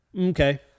okay